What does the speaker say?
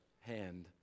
hand